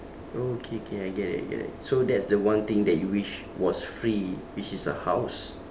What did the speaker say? okay okay I get it I get it so that's the one thing that you wish was free which is a house